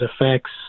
effects